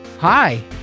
Hi